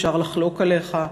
אפשר לחלוק עליך,